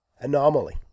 anomaly